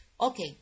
Okay